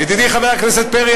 ידידי חבר הכנסת פרי,